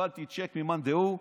קיבלתי צ'ק ממאן דהו,